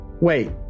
Wait